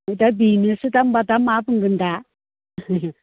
दा बेनोसो दा मा बुंगोन दा